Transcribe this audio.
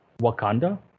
Wakanda